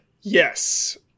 Yes